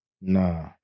nah